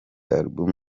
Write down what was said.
album